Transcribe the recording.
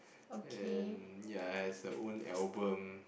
and ya has her own album